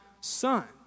son